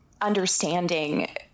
understanding